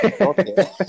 Okay